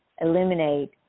eliminate